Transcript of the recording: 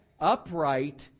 upright